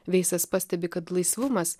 veisas pastebi kad laisvumas